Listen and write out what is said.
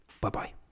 Bye-bye